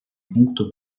пункту